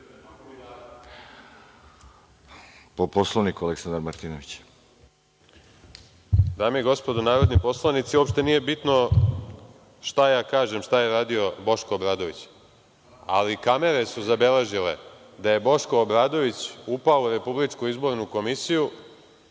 Martinović. **Aleksandar Martinović** Dame i gospodo narodni poslanici, uopšte nije bitno šta ja kažem šta je radio Boško Obradović, ali kamere su zabeležile da je Boško Obradović upao u Republičku izbornu komisiju